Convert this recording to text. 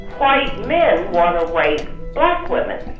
white men want to rape black women.